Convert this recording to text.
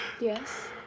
Yes